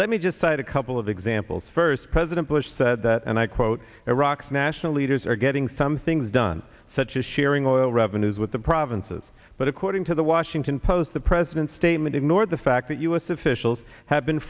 let me just cite a couple of examples first president bush said that and i quote iraq's national leaders are getting some things done such as sharing oil revenues with the provinces but according to the washington post the president's statement ignored the fact that u s officials have been